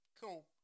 cool